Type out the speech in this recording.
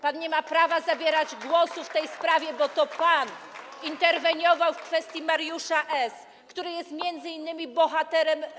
Pan nie ma prawa zabierać głosu w tej sprawie, bo to pan interweniował w kwestii Mariusza S., który jest m.in. bohaterem.